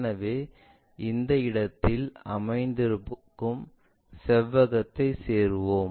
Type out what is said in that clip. எனவே இந்த இடத்தில் அமைந்திருக்கும் செவ்வகத்தை சேருவோம்